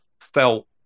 felt